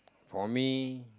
for me